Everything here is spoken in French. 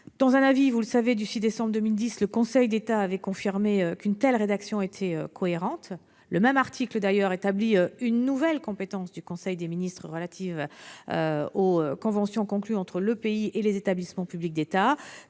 Dans un avis du 6 décembre 2010, le Conseil d'État a confirmé qu'une telle rédaction était cohérente. Au reste, l'article 11 établit une nouvelle compétence du conseil des ministres, relative aux conventions conclues entre le pays et les établissements publics d'État,